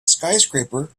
skyscraper